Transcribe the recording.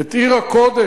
את עיר הקודש?